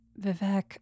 Vivek